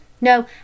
No